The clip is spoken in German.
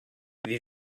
wie